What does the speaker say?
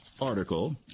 article